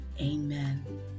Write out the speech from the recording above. Amen